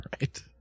Right